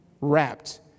wrapped